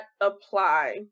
apply